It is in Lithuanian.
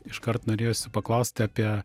iškart norėjosi paklausti apie